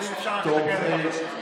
אם אפשר לתקן את זה, אדוני.